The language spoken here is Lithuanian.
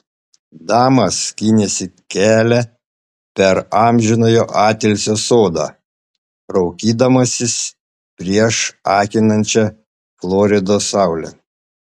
damas skynėsi kelią per amžinojo atilsio sodą raukydamasis prieš akinančią floridos saulę